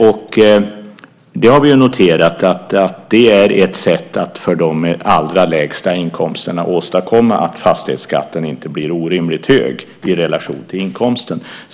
Vi har noterat att det är ett sätt för dem med de allra lägsta inkomsterna att åstadkomma att fastighetsskatten inte blir orimligt hög i relation till inkomsten.